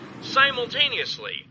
simultaneously